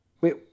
Wait